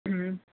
ഉം